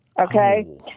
Okay